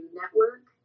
network